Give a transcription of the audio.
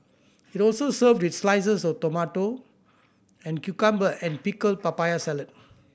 it also served with slices of tomato and cucumber and pickled papaya salad